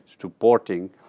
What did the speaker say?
supporting